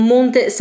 Monte